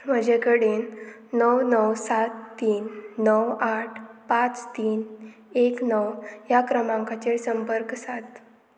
म्हजे कडेन णव णव सात तीन णव आठ पांच तीन एक णव ह्या क्रमांकाचेर संपर्क साद